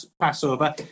Passover